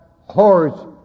horse